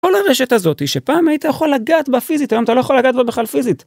כל הרשת הזאת היא שפעם היית יכול לגעת בה פיזית, היום אתה לא יכול לגעת בה בכלל פיזית.